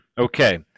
Okay